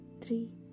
three